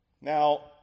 Now